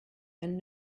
and